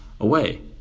away